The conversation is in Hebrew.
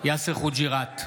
יאסר חוג'יראת,